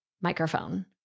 microphone